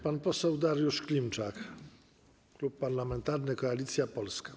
Pan poseł Dariusz Klimczak, Klub Parlamentarny Koalicja Polska.